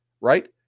right